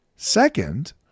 Second